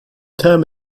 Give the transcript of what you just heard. term